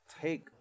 take